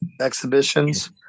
exhibitions